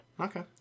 Okay